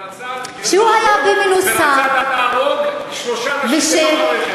ורצה להרוג שלושה אנשים בתוך הרכב.